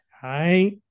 Hi